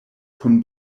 kun